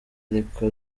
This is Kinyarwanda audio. ariko